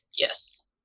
Yes